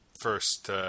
first